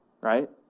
Right